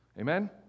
Amen